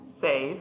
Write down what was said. save